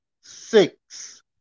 six